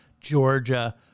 Georgia